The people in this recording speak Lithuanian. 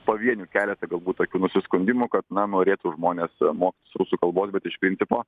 pavienių keletą galbūt tokių nusiskundimų kad na norėtų žmonės mokytis rusų kalbos bet iš principo